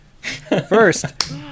First